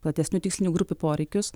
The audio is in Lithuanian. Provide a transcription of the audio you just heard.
platesnių tikslinių grupių poreikius